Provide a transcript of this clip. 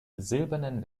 silbernen